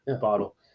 bottle